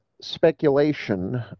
speculation